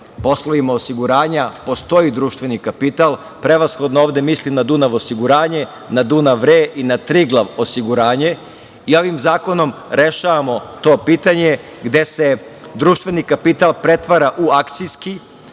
poslovima osiguranja postoji društveni kapital. Prevashodno ovde mislim na „Dunav osiguranje“, na „Dunav RE“ i na „Triglav osiguranje“. Ovim zakonom rešavamo to pitanje gde se društveni kapital pretvara u akcijski